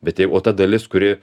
bet jei o ta dalis kuri